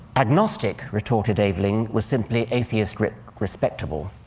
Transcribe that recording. agnostic, retorted aveling, was simply atheist writ respectable,